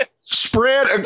spread